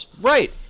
Right